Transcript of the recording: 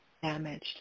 damaged